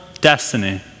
destiny